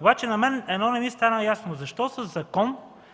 Обаче на мен едно не ми стана ясно – защо със закон